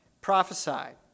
prophesied